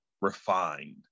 refined